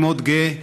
אני מאוד גאה.